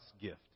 gift